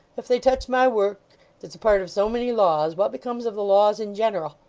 if they touch my work that's a part of so many laws, what becomes of the laws in general,